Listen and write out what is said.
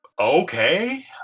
okay